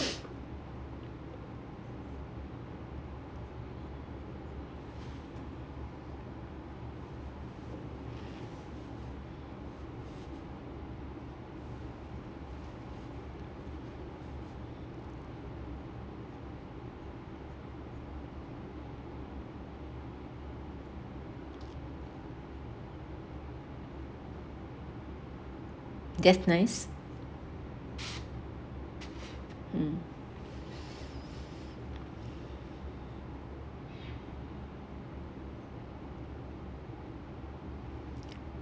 that's nice hmm